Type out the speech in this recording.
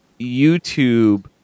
YouTube